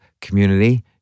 community